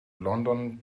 london